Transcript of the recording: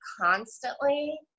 constantly